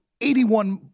81